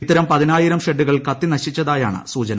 ഇത്തരം പതിനായിരം ഷെഡുകൾ കത്തിനശിച്ചതാ യാണ് സൂചന